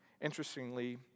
Interestingly